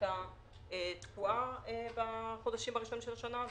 שהיתה תקועה בחודשים הראשונים של השנה,